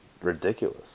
ridiculous